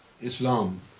Islam